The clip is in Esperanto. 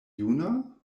juna